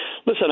Listen